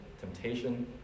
temptation